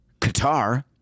Qatar